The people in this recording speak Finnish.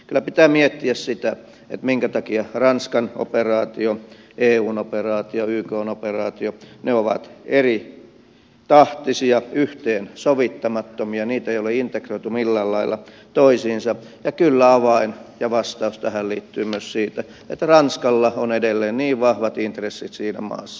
kyllä pitää miettiä sitä minkä takia ranskan operaatio eun operaatio ykn operaatio ovat eritahtisia yhteensovittamattomia niitä ei ole integroitu millään lailla toisiinsa ja kyllä avain ja vastaus tähän liittyvät myös siihen että ranskalla on edelleen niin vahvat intressit siinä maassa